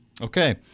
Okay